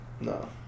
No